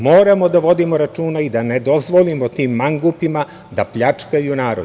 Moramo da vodimo računa i da ne dozvolimo tim mangupima da pljačkaju narod.